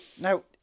Now